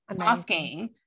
asking